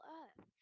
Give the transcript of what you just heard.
earth